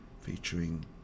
featuring